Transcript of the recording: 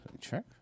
check